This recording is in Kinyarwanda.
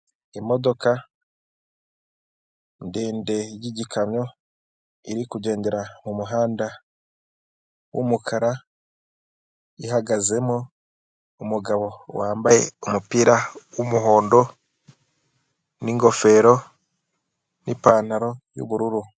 Imodoka ndende y'igikamyo iri kugendera mu muhanda w'umukara, ihagazemo umugabo wambaye umupira w'umuhondo, n'ingofero, n'ipantaro y'ubururu.